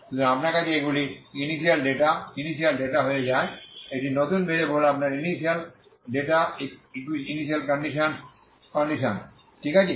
সুতরাং আপনার কাছে এগুলি ইনিশিয়াল ডেটা ইনিশিয়াল ডেটা হয়ে যায় এটি নতুন ভেরিয়েবলে আপনার ইনিশিয়াল ডেটা ইনিশিয়াল কন্ডিশনস ঠিক আছে